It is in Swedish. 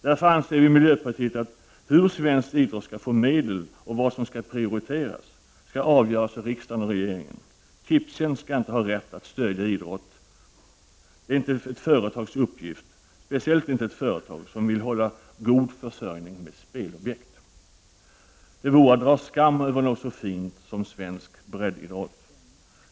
Därför anser vi i miljöpartiet att frågan om hur svensk idrott skall få medel och vad som skall prioriteras bör avgöras av riksdagen och regeringen. Tipstjänst skall inte ha rätt att stödja idrott — det är inte ett företags uppgift, speciellt inte ett företag som vill ha god försörjning med spelobjekt. Det vore att dra skam över något så fint som svensk breddidrott.